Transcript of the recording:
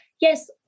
Yes